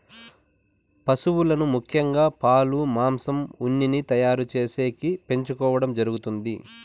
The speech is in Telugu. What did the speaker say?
పసువులను ముఖ్యంగా పాలు, మాంసం, ఉన్నిని తయారు చేసేకి పెంచుకోవడం జరుగుతాది